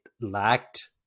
lacked